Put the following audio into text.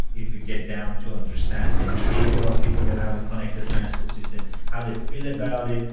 if we get down to understanding the behaviour of people around the connected transport system, how they feel about it,